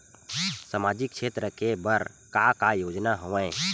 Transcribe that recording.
सामाजिक क्षेत्र के बर का का योजना हवय?